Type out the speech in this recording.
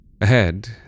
Ahead